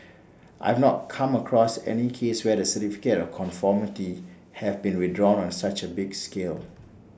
I have not come across any case where the certificate of conformity have been withdrawn on such A big scale